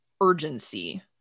urgency